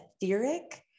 etheric